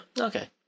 Okay